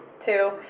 Two